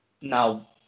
Now